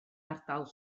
ardal